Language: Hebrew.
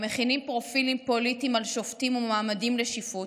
מכינים פרופילים פוליטיים על שופטים ומועמדים לשיפוט